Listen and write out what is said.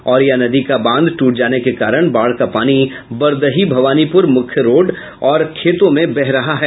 ओरिया नदी का बांध टूट जाने के कारण बाढ़ का पानी बर्दही भवानीपुर मुख्य रोड और खेतों में बह रहा है